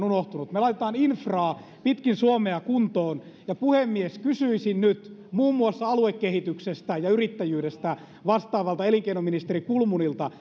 unohtunut me laitamme infraa pitkin suomea kuntoon ja puhemies kysyisin nyt muun muassa aluekehityksestä ja yrittäjyydestä vastaavalta elinkeinoministeri kulmunilta